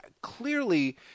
clearly